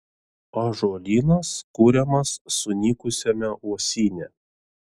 ąžuolynas kuriamas sunykusiame uosyne